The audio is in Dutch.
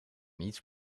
niets